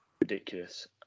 ridiculous